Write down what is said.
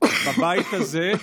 בבית הזה,